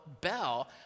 bell